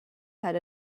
had